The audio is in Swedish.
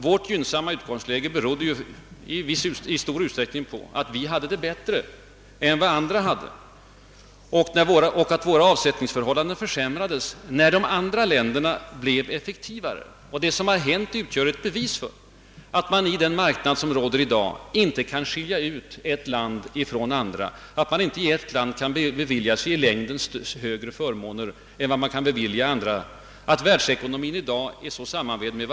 Vårt gynnsamma utgångsläge berodde i stor utsträckning på att vi hade det bättre än andra. Våra = avsättningsförhållanden försämrades, då de andra länderna blev effektivare. Det som har hänt utgör ett bevis för att man på dagens marknad inte kan avskilja ett land från andra, att inte ett land i längden kan bevilja sig större förmåner än andra kan. Ekonomin i de enskilda staterna är i dag beroende av världsekonomin.